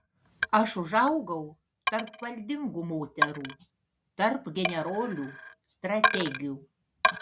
aš užaugau tarp valdingų moterų tarp generolių strategių